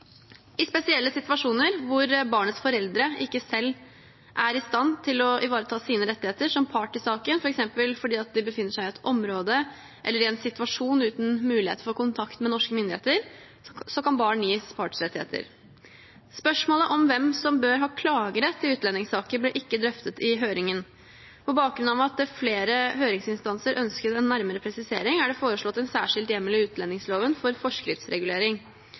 I spesielle situasjoner hvor barnets foreldre ikke selv er i stand til å ivareta sine rettigheter som part i saken, f.eks. fordi de befinner seg i et område eller i en situasjon uten mulighet for kontakt med norske myndigheter, kan barn gis partsrettigheter. Spørsmålet om hvem som bør ha klagerett i utlendingssaker, ble ikke drøftet i høringen. På bakgrunn av at flere høringsinstanser ønsket en nærmere presisering, er det foreslått en særskilt hjemmel i utlendingsloven for forskriftsregulering.